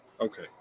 Okay